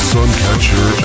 Suncatcher